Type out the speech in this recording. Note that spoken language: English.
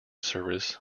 service